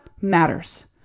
matters